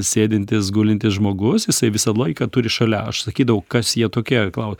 sėdintis gulintis žmogus jisai visą laiką turi šalia aš sakydavau kas jie tokie gal